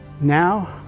Now